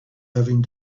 having